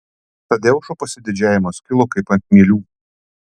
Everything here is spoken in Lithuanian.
tadeušo pasididžiavimas kilo kaip ant mielių